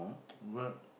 what